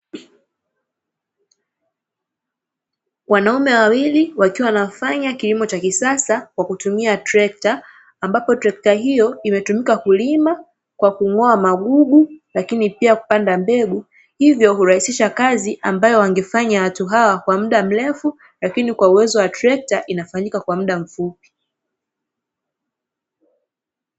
Wanaume wawili wakiwa wanafanya kilimo cha kisasa kwa kutumia Trekta, ambapo Trekta hiyo imetumika kulima kwa kung'oa magugu lakini pia kupanda mbegu hivyo kurahisisha kazi ambayo wangefanya watu hawa kwa muda mrefu, lakini kwa uwezo wa Trekta inafanyika kwa muda mfupi.